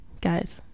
guys